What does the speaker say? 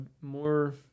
more